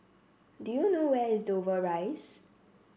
do you know where is Dover Rise